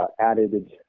added